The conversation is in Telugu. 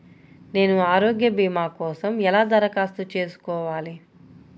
నేను ఆరోగ్య భీమా కోసం ఎలా దరఖాస్తు చేసుకోవాలి?